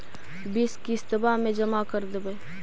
बिस किस्तवा मे जमा कर देवै?